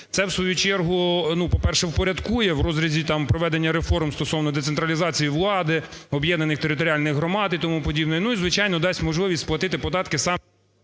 Це в свою чергу, по-перше, впорядкує в розрізі там проведення реформ стосовно децентралізації влади, об'єднаних територіальних громад і тому подібне, ну, і звичайно, дасть можливість сплатити податки саме…